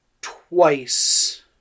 twice